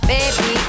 Baby